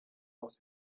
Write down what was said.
aus